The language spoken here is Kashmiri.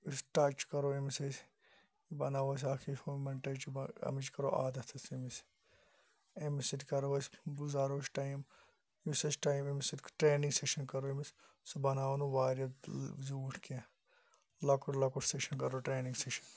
ٹَچ کَرو أمس أسۍ بَناوو أسۍ اکھ یہِ ہیوٗمَن ٹَچ امِچ کَرَو عادَت أسۍ أمِس أمس سۭتۍ کَرو أسۍ گُزارو أسۍ ٹایم یُس أسۍ ٹایم أمس سۭتۍ ٹرینِنٛگ سیٚشَن کَرو أمس سُہ بَناوو نہٕ واریاہ زیوٗٹھ کینٛہہ لۄکُٹ لۄکُٹ سیٚشَن کَرو ٹریٚنِنٛگ سیٚشَن